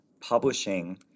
publishing